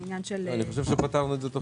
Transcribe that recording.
אני חושב שפתרנו את זה תוך כדי הדיון.